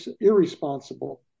irresponsible